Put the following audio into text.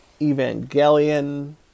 Evangelion